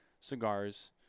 cigars